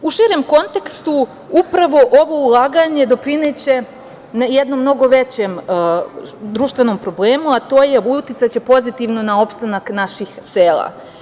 U širem kontekstu, upravo ovo ulaganje doprineće jednom mnogo većem društvenom problemu, a to je da će uticati pozitivno na opstanak naših sela.